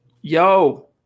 Yo